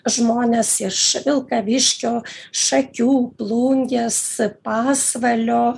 žmonės iš vilkaviškio šakių plungės pasvalio